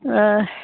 हय